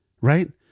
right